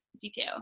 detail